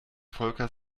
volker